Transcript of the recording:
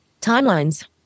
Timelines